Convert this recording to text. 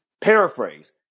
paraphrase